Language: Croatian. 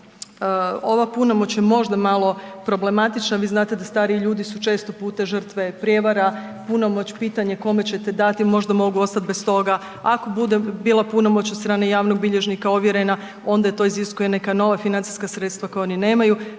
ova punomoć je možda malo problematična, vi znate da stariji ljudi su često puta žrtve prijevara, punomoć, pitanje kome ćete dati, možda mogu ostati bez toga. Ako bude bila punomoć od strane javnog bilježnika ovjerena, onda to iziskuje neka nova financijska sredstva koja oni nemaju